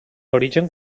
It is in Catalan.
origen